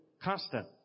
Constant